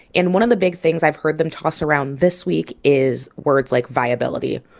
and one of the big things i've heard them toss around this week is words like viability.